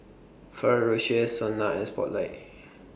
Ferrero Rocher Sona and Spotlight